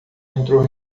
entrou